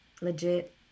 legit